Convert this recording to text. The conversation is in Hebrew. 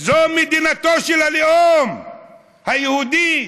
זו מדינתו של הלאום היהודי.